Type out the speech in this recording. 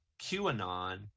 QAnon